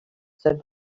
said